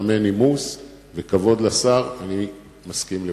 מטעמי נימוס וכבוד לשר אני מסכים לוותר.